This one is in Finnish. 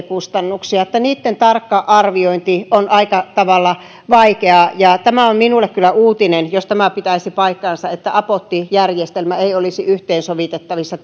kustannuksia niitten tarkka arviointi on aika tavalla vaikeaa tämä on minulle kyllä uutinen jos tämä pitäisi paikkansa että apotti järjestelmä ei olisi yhteensovitettavissa